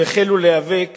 והחלו להיאבק